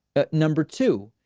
ah number two,